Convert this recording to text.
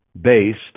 based